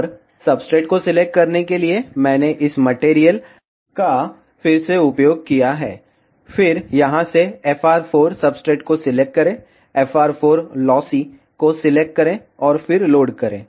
और सब्सट्रेट को सिलेक्ट करने के लिए मैंने इस मटेरियल का फिर से उपयोग किया है फिर यहां से FR 4 सब्सट्रेट को सिलेक्ट करें FR 4 लॉसी को सिलेक्ट करें और फिर लोड करें